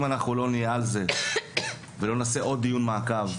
אם אנחנו לא נהיה על זה ולא נעשה עוד דיון מעקב,